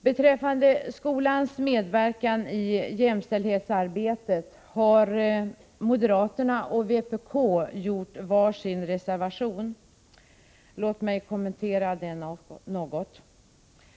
Beträffande skolans medverkan i jämställdhetsarbetet har moderaterna och vänsterpartiet kommunisterna avgett var sin reservation. Låt mig något kommentera dessa.